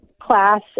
class